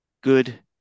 good